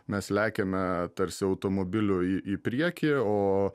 mes lekiame tarsi automobiliu į į priekį o